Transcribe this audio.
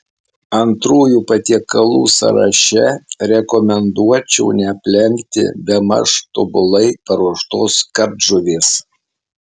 antrųjų patiekalų sąraše rekomenduočiau neaplenkti bemaž tobulai paruoštos kardžuvės